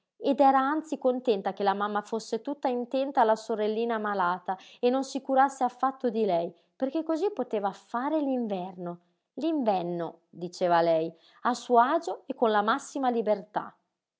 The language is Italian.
ed era anzi contenta che la mamma fosse tutta intenta alla sorellina malata e non si curasse affatto di lei perché cosí poteva fare l'inverno l'invenno diceva lei a suo agio e con la massima libertà